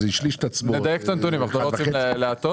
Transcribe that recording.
השליש את עצמו --- נדייק את הנתונים; אנחנו לא רוצים להטעות.